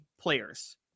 players